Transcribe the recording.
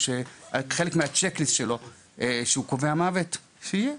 שחלק מהצ'ק ליסט שלו כשהוא קובע מוות,